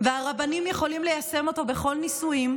והרבנים יכולים ליישם אותו בכל נישואים,